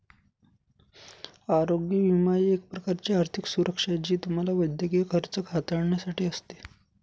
आरोग्य विमा ही एक प्रकारची आर्थिक सुरक्षा आहे जी तुम्हाला वैद्यकीय खर्च हाताळण्यासाठी असते